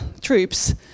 troops